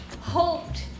hoped